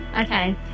Okay